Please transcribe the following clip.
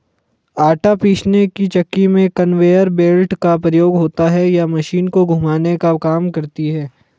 आटा पीसने की चक्की में कन्वेयर बेल्ट का प्रयोग होता है यह मशीन को घुमाने का काम करती है